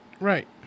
Right